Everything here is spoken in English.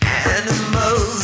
animals